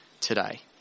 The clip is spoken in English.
today